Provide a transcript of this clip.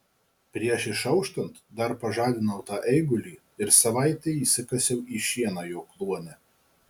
prieš išauštant dar pažadinau tą eigulį ir savaitei įsikasiau į šieną jo kluone